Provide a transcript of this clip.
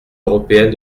européenne